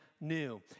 new